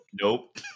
nope